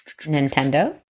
Nintendo